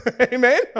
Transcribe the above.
Amen